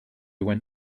went